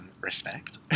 respect